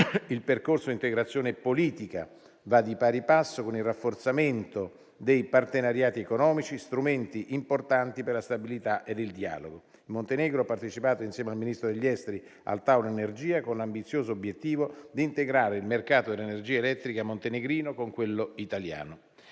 Il percorso d'integrazione politica va di pari passo con il rafforzamento dei partenariati economici, strumenti importanti per la stabilità e il dialogo. In Montenegro ho partecipato, insieme al Ministro degli esteri, al tavolo energia, con l'ambizioso obiettivo di integrare il mercato dell'energia elettrica montenegrino con quello italiano.